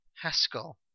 Haskell